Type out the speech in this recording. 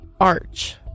arch